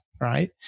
right